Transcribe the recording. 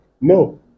No